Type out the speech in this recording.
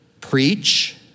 preach